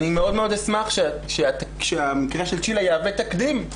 אני מאוד מאוד אשמח שהמקרה של צ'ילה יהווה תקדים.